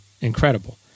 incredible